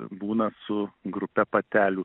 būna su grupe patelių